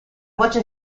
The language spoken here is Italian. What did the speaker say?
voce